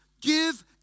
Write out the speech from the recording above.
Give